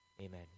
Amen